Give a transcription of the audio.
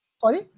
Sorry